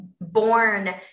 born